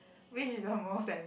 which is the most and